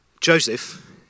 Joseph